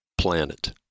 Planet